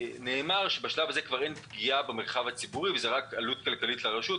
נאמר שבשלב הזה כבר אין פגיעה במרחב הציבורי וזה רק עלות כלכלית לרשות.